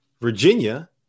Virginia